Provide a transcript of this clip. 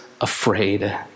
afraid